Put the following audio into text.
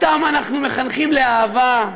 אותם אנחנו מחנכים לאהבה,